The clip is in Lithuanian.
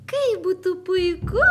kaip būtų puiku